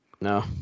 No